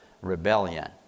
Rebellion